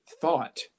thought